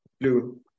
blue